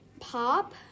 Pop